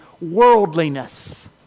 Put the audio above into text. worldliness